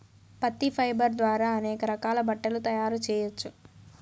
పత్తి ఫైబర్ ద్వారా అనేక రకాల బట్టలు తయారు చేయచ్చు